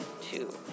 Two